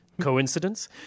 coincidence